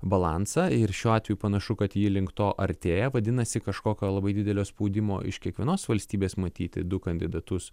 balansą ir šiuo atveju panašu kad ji link to artėja vadinasi kažkokio labai didelio spaudimo iš kiekvienos valstybės matyti du kandidatus